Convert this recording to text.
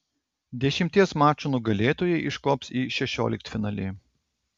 dešimties mačų nugalėtojai iškops į šešioliktfinalį